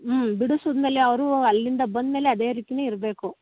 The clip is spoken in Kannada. ಹ್ಞೂ ಬಿಡಿಸಿದ್ಮೇಲೆ ಅವರು ಅಲ್ಲಿಂದ ಬಂದ ಮೇಲೆ ಅದೇ ರೀತಿನೇ ಇರಬೇಕು